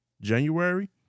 January